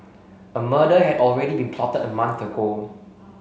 a murder had already been plot a month ago